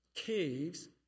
caves